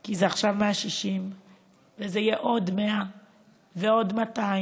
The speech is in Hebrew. כי זה עכשיו 160 וזה יהיה עוד 100 ועוד 200,